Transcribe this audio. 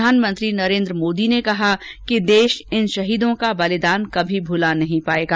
प्रधानमंत्री नरेंद्र मोदी ने कहा कि देश इन शहीदों का बलिदान कभी भुला नहीं पायेगा